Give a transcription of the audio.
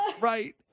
right